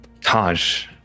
Taj